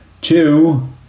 Two